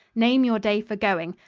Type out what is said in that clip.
name your day for going.